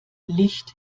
licht